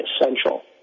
essential